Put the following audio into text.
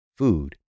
food